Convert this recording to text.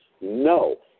No